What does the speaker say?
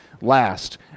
last